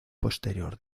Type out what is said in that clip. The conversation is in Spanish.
posterior